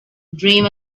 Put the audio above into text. dream